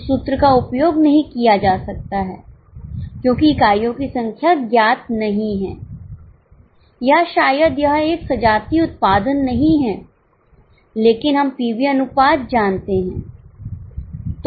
उस सूत्र का उपयोग नहीं किया जा सकता है क्योंकि इकाइयों की संख्या ज्ञात नहीं है या शायद यह एक सजातीय उत्पादन नहीं है लेकिन हम पीवी अनुपात जानते हैं